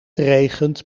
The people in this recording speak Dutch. regent